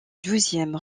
douzième